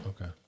Okay